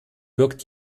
birgt